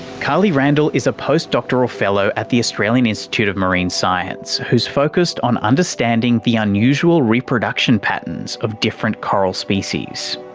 carly randall is a post-doctoral fellow at the australian institute of marine science who's focused on understanding the unusual reproduction patterns of different coral species.